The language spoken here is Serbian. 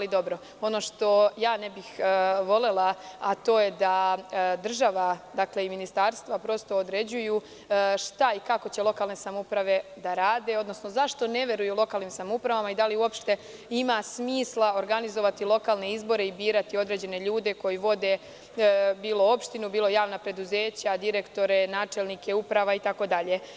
Ono što ja ne bih volela, to je da država i ministarstva određuje i šta i kako će lokalne samouprave da rade, odnosno zašto ne veruju lokalnim samoupravama i da li uopšte ima smisla organizovati lokalne izbore i birati određene ljude koji vode bilo opštinu, bilo javna preduzeća, direktore, načelnike uprava itd.